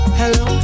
hello